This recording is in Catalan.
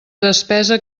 despesa